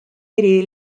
eri